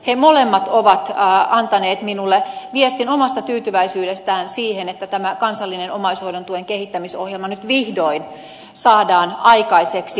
he molemmat ovat antaneet minulle viestin omasta tyytyväisyydestään siihen että tämä kansallinen omaishoidon tuen kehittämisohjelma nyt vihdoin saadaan aikaiseksi